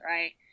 Right